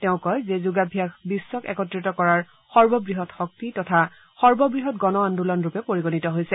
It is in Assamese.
তেওঁ কয় যে যোগাভ্যাস বিশ্বক একত্ৰিত কৰাৰ সৰ্ববৃহৎ শক্তি তথা সৰ্ববৃহৎ গণ আন্দোলনৰূপে পৰিগণিত হৈছে